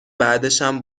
بعدشم